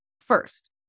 First